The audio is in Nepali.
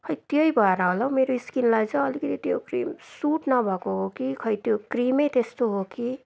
खोइ त्यही भएर होला हो मेरो स्किनलाई चाहिँ अलिकति त्यो क्रिम सुट नभएको हो कि खोइ त्यो क्रिम त्यस्तो हो कि